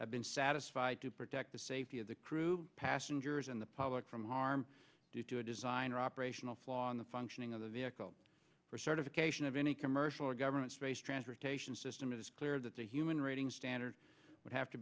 have been satisfied to protect the safety of the crew passengers and the public from harm due to a design or operational flaw in the functioning of the vehicle for certification of any commercial or government space transportation system it is clear that the human rating standard would have to